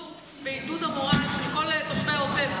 בחיזוק ובעידוד המורל של כל תושבי העוטף,